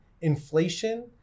inflation